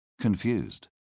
confused